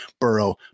Burrow